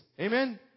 Amen